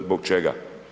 Zbog čega?